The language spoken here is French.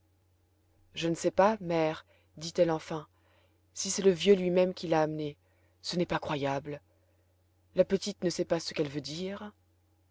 je ne sais pas mère dit-elle enfin si c'est le vieux lui-même qui l'a amenée ce n'est pas croyable la petite ne sait pas ce qu'elle veut dire